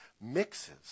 mixes